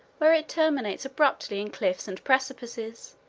where it terminates abruptly in cliffs and precipices,